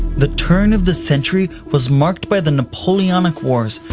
the turn of the century was marked by the napoleonic wars,